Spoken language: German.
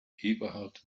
eberhard